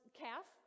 calf